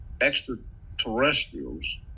extraterrestrials